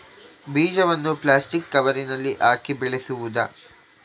ಬೀಜವನ್ನು ಪ್ಲಾಸ್ಟಿಕ್ ಕವರಿನಲ್ಲಿ ಹಾಕಿ ಬೆಳೆಸುವುದಾ?